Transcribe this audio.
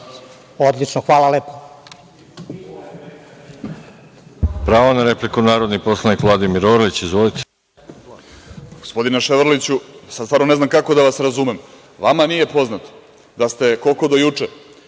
Odlično, hvala lepo.